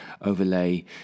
overlay